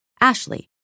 Ashley